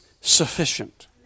sufficient